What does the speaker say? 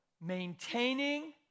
Maintaining